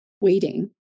waiting